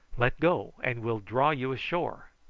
let go, and we'll draw you ashore.